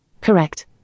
Correct